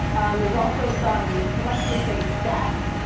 there's also some select usa stats,